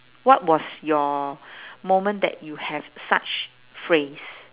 what was your moment that you have such phrase